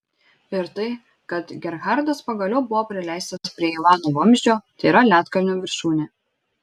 ir tai kad gerhardas pagaliau buvo prileistas prie ivano vamzdžio tėra ledkalnio viršūnė